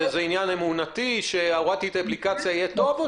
זה עניין אמונתי שאם הורדתי את האפליקציה אז יהיה טוב,